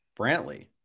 Brantley